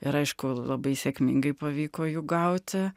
ir aišku labai sėkmingai pavyko jų gauti